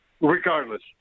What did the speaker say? regardless